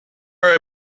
are